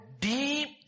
deep